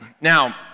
Now